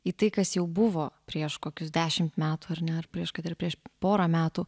į tai kas jau buvo prieš kokius dešimt metų ar ne ar prieš kad ir prieš porą metų